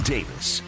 Davis